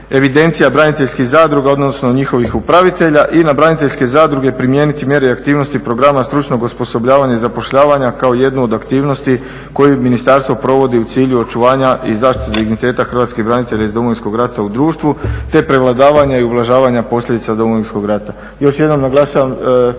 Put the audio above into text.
evidencija braniteljskih zadruga, odnosno njihovih upravitelja i na braniteljske zadruge primijeniti mjere i aktivnosti programa stručnog osposobljavanja i zapošljavanja kao jednu od aktivnosti koju ministarstvo provodi u cilju očuvanja i zaštite digniteta hrvatskih branitelja iz Domovinskog rata u društvu te prevladavanja i ublažavanja posljedica od Domovinskog rata. Još jednom naglašavam